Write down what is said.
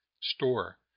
store